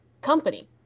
company